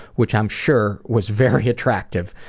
which i'm sure was very attractive.